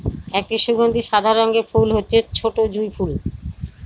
একটি সুগন্ধি সাদা রঙের ফুল হচ্ছে ছোটো জুঁই ফুল